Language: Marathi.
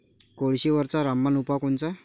कोळशीवरचा रामबान उपाव कोनचा?